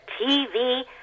TV